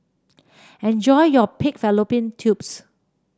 enjoy your Pig Fallopian Tubes